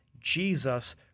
Jesus